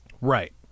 right